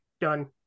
done